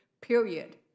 period